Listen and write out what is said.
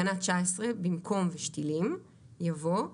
בתקנה 19 במקום "ושתילים" יבוא: